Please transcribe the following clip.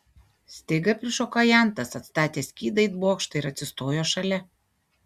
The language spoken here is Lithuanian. staigiai prišoko ajantas atstatęs skydą it bokštą ir atsistojo šalia